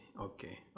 okay